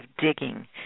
digging